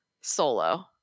solo